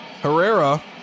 Herrera